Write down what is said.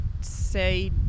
say